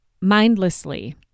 mindlessly